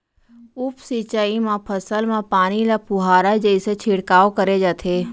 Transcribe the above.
उप सिंचई म फसल म पानी ल फुहारा जइसे छिड़काव करे जाथे